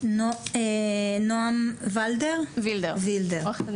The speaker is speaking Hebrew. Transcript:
נעם וילדר, בבקשה.